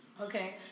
okay